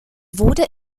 wurde